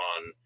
on